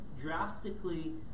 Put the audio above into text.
drastically